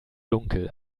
dunkel